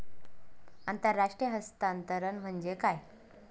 आंतरराष्ट्रीय हस्तांतरण म्हणजे काय?